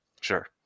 Sure